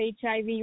HIV